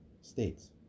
states